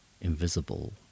invisible